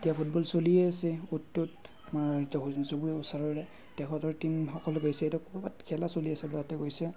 এতিয়া ফুটবল চলিয়েই আছে অ'ত ত'ত মই আৰু এতিয়া ওচৰৰে তেখেতৰ টিম সকলো গৈছে এতিয়া ক'ৰবাত খেলা চলি আছে তাতে গৈছে